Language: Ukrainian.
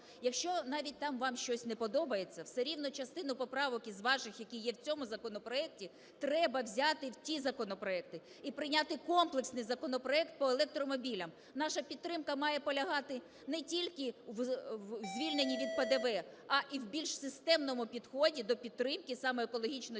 Якщо навіть там вам щось не подобається, все рівно частину поправок із ваших, які є в цьому законопроекті, треба взяти в ті законопроекти і прийняти комплексний законопроект по електромобілям. Наша підтримка має полягати не тільки в звільненні від ПДВ, а і в більш системному підході до підтримки саме екологічно чистого